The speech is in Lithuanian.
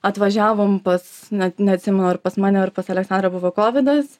atvažiavom pas net neatsimenu ar pas mane ar pas aleksandrą buvo kovidas